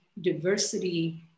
diversity